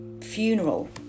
funeral